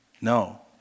No